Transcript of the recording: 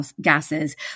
gases